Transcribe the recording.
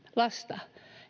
lasta